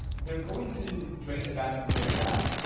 they're going to drain the battery very fast,